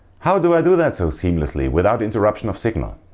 how do i do that so seamlessly without interruption of signal?